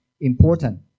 important